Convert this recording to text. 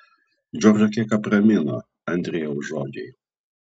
džordžą kiek apramino andrejaus žodžiai